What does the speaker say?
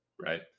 right